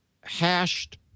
hashed